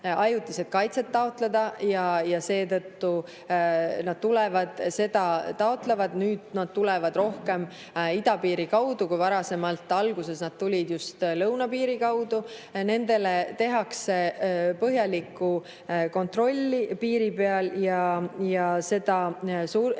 ajutist kaitset taotleda, ja seetõttu nad tulevad ja seda taotlevad. Nüüd nad tulevad rohkem idapiiri kaudu, aga alguses nad tulid just lõunapiiri kaudu. Nendele tehakse põhjalik kontroll piiri peal, et seda survet